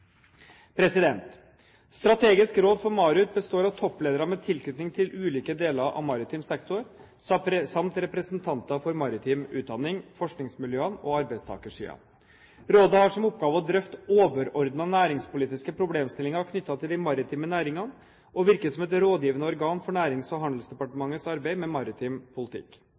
Strategisk råd for MARUT består av toppledere med tilknytning til ulike deler av maritim sektor samt representanter for maritim utdanning, forskningsmiljøene og arbeidstakersiden. Rådet har som oppgave å drøfte overordnede næringspolitiske problemstillinger knyttet til de maritime næringene og virker som et rådgivende organ for Nærings- og handelsdepartementets arbeid med maritim politikk.